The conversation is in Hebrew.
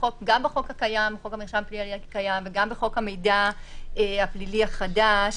גם בחוק המרשם הפלילי הקיים וגם בחוק המידע הפלילי החדש,